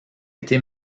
été